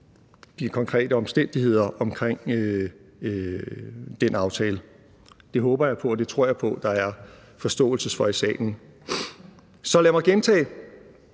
de konkrete omstændigheder omkring den aftale. Det håber og tror jeg på der er forståelse for i salen. Så lad mig gentage: